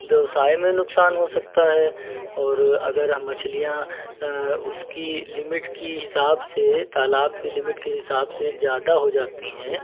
व्यवसाय में नुकसान हो सकता है और अगर हम मछलियाँ उसकी लिमिट की हिसाब से तालाब की लिमिट के हिसाब से ज़्यादा हो जाती हैं